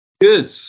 Good